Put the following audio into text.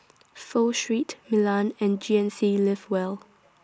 Pho Street Milan and G N C Live Well